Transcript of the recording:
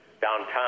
downtown